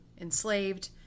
enslaved